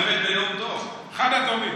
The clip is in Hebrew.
נואמת נאום טוב, חברים,